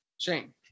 Shane